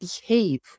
behave